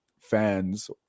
fans